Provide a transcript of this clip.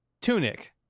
Tunic